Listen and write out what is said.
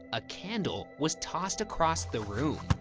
a candle was tossed across the room.